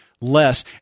less